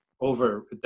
over